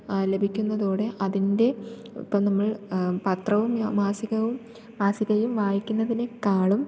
ലഭിക്കുന്നതോടെ അതിൻ്റെ ഇപ്പം നമ്മൾ പത്രവും മാസികവും മാസികയും വായിക്കുന്നതിനേക്കാളും